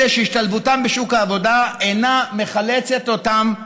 אלה שהשתלבותם בשוק העבודה אינה מחלצת אותם מעוני.